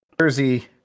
Jersey